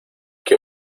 que